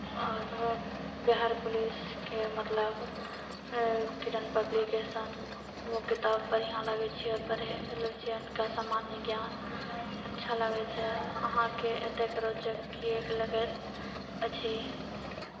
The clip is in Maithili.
आओर बिहार पुलिसके मतलब किरण पब्लिकेशन ओहो किताब बढ़िआँ लागैत छै पढ़ै लुसेंटके सामान्य ज्ञान अच्छा लागैत छै अहाँकेँ एतेक रोचक किएक लगैत अछि